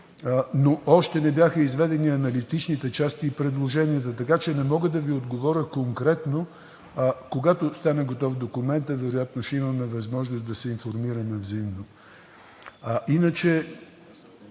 но още не бяха изведени аналитичните части и предложенията, така че не мога да Ви отговоря конкретно. Когато стане готов документът, вероятно ще имаме възможност да се информираме взаимно.